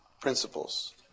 principles